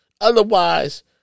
Otherwise